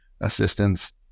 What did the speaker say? assistance